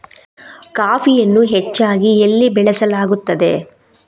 ಕಾಫಿಯನ್ನು ಹೆಚ್ಚಾಗಿ ಎಲ್ಲಿ ಬೆಳಸಲಾಗುತ್ತದೆ?